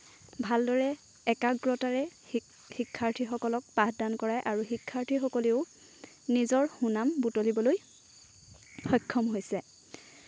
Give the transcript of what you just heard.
ভালদৰে একাগ্ৰতাৰে শিক্ষাৰ্থীসকলক পাঠদান কৰায় আৰু শিক্ষাৰ্থীসকলেও নিজৰ সুনাম বুটলিবলৈ সক্ষম হৈছে